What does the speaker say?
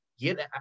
Get